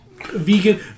Vegan